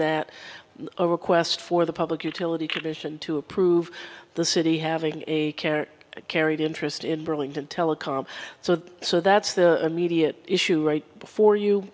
that a request for the public utility commission to approve the city having a care carried interest in burlington telecom so so that's the immediate issue right before you